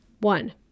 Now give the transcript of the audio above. One